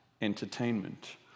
entertainment